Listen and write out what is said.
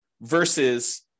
versus